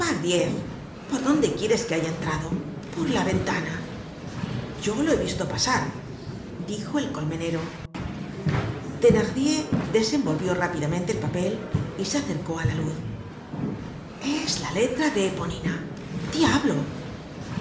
por dónde quieres que haya entrado por la ventana yo lo he visto pasar dijo el colmenero thenardier desenvolvió rápidamente el papel y se acercó á la luz es la letra de eponina diablo